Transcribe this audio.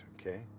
Okay